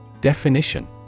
Definition